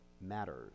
matters